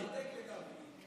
אתה צודק לגמרי.